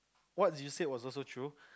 what you said was also true